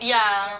ya